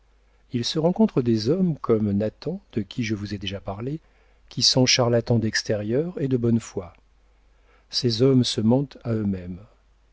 il se rencontre des hommes comme nathan de qui je vous ai déjà parlé qui sont charlatans d'extérieur et de bonne foi ces hommes se mentent à eux-mêmes